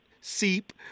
seep